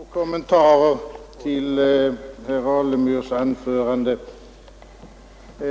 Herr talman! Det är två kommentarer jag vill göra till herr Alemyrs anförande.